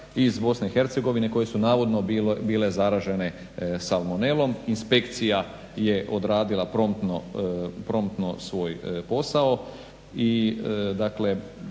iz BiH koji su navodno bile zaražene salmonelom. Inspekcija je odradila promptno svoj posao